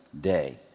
day